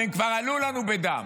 והם כבר עלו לנו בדם,